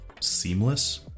seamless